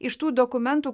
iš tų dokumentų